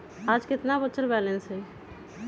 आज केतना बचल बैलेंस हई?